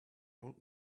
old